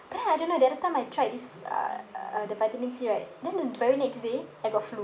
but then I don't know the other time I tried this uh uh the vitamin C right then the very next day I got flu